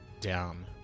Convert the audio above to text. down